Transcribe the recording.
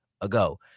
ago